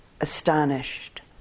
astonished